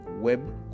web